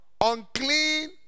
Unclean